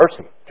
mercy